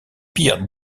pires